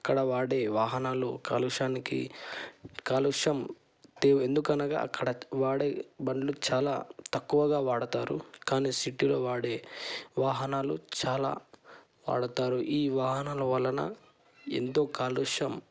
అక్కడ వాడే వాహనాలు కాలుష్యానికి కాలుష్యం ఎందుకనగా అక్కడ వాడే బండ్లు చాలా తక్కువగా వాడతారు కానీ సిటీలో వాడే వాహనాలు చాలా వాడతారు ఈ వాహనాలు వలన ఎంతో కాలుష్యం